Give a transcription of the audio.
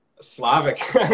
Slavic